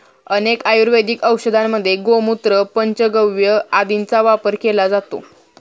अनेक आयुर्वेदिक औषधांमध्ये गोमूत्र, पंचगव्य आदींचा वापर केला जातो